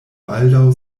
baldaŭ